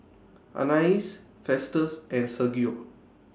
Anais Festus and Sergio